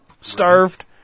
starved